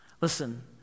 Listen